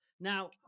Now